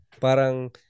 parang